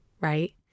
right